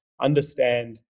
understand